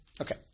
Okay